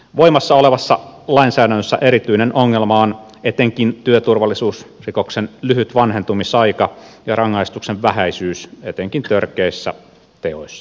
voimassa olevassa lainsäädännössä erityinen ongelma on etenkin työturvallisuusrikoksen lyhyt vanhentumisaika ja rangaistuksen vähäisyys etenkin törkeissä teoissa